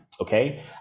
okay